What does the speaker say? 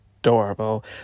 adorable